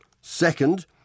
Second